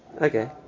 Okay